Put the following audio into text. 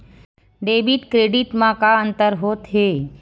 Debit credit मा का अंतर होत हे?